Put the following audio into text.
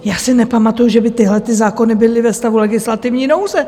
Já si nepamatuju, že by tyhlety zákony byly ve stavu legislativní nouze.